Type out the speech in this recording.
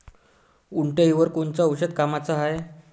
उंटअळीवर कोनचं औषध कामाचं हाये?